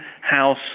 house